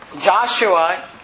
Joshua